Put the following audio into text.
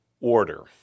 order